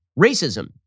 Racism